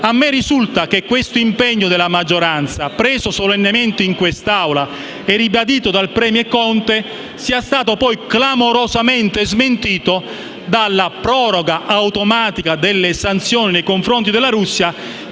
A me risulta che questo impegno della maggioranza, preso solennemente in quest'Aula e ribadito dal *premier* Conte, sia stato, poi, clamorosamente smentito dalla proroga automatica delle sanzioni nei confronti della Russia,